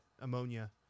ammonia